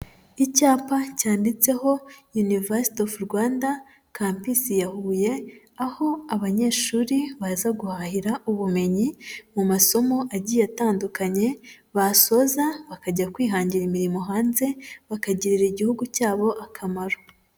Icyapa cyanditseho universiy of Rwanda, campus ya Huye, aho abanyeshuri baza guhahira ubumenyi mu masomo agiye atandukanye, basoza bakajya kwihangira imirimo hanze, bakagirira igihugu cyabo akamaro.